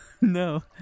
No